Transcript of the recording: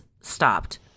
stopped